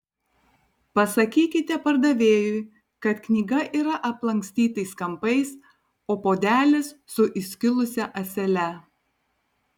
pasakykite pardavėjui kad knyga yra aplankstytais kampais o puodelis su įskilusia ąsele